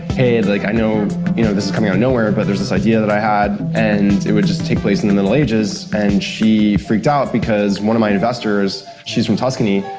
hey, like, i know you know this is coming out of nowhere, but there's this idea that i had, and just take place in the middle ages. and she freaked out, because one of my investors, she's from tuscany,